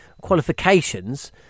qualifications